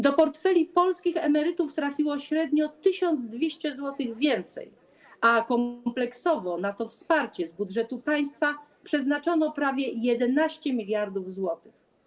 Do portfeli polskich emerytów trafiło średnio 1200 zł więcej, a kompleksowo na to wsparcie z budżetu państwa przeznaczono prawie 11 mld zł.